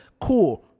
cool